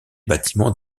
bâtiments